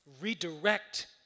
redirect